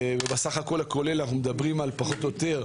בסך הכול אנחנו מדברים, פחות או יותר,